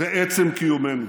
ועצם קיומנו.